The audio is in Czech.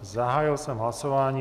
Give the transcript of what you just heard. Zahájil jsem hlasování.